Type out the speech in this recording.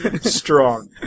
Strong